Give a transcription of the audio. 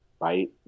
right